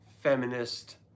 feminist